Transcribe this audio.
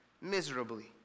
miserably